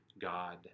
God